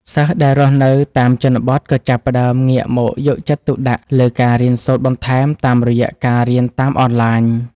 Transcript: សិស្សដែលរស់នៅតាមជនបទក៏ចាប់ផ្តើមងាកមកយកចិត្តទុកដាក់លើការរៀនសូត្របន្ថែមតាមរយៈការរៀនតាមអនឡាញ។